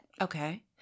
Okay